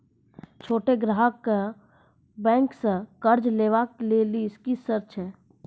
छोट ग्राहक कअ बैंक सऽ कर्ज लेवाक लेल की सर्त अछि?